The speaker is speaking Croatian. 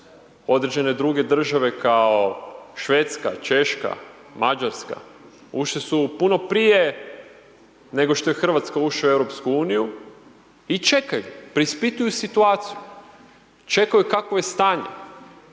Određene druge države kao Švedska, Češka, Mađarska ušle su puno prije nego što je Hrvatska ušla u EU i čekaju, preispituju situaciju, čekaju kakvo je stanje,